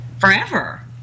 forever